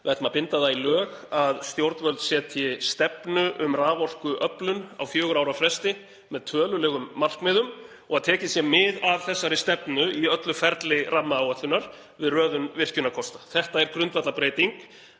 Við ætlum að binda það í lög að stjórnvöld setji stefnu um raforkuöflun á fjögurra ára fresti með tölulegum markmiðum og að tekið sé mið af þessari stefnu í öllu ferli rammaáætlunar við röðun virkjunarkosta. Þetta er grundvallarbreyting.